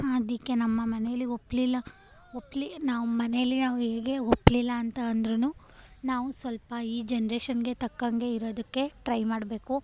ಅದಕ್ಕೆ ನಮ್ಮ ಮನೆಯಲ್ಲಿ ಒಪ್ಪಲಿಲ್ಲ ಒಪ್ಪಲಿ ನಮ್ಮ ಮನೆಯಲ್ಲಿ ನಾವು ಹೇಗೆ ಒಪ್ಪಲಿಲ್ಲ ಅಂತ ಅಂದ್ರೂ ನಾವು ಸ್ವಲ್ಪ ಈ ಜನ್ರೇಷನ್ನಿಗೆ ತಕ್ಕಂಗೆ ಇರೋದಕ್ಕೆ ಟ್ರೈ ಮಾಡಬೇಕು